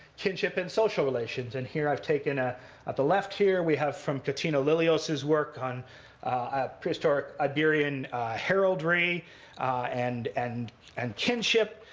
kinship and social relations. and here i've taken ah at the left here, we have from katina lillios's work on ah prehistoric iberian heraldry and and and kinship,